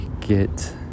get